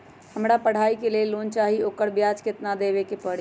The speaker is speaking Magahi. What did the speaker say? हमरा पढ़ाई के लेल लोन चाहि, ओकर ब्याज केतना दबे के परी?